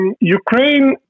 Ukraine